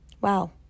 wow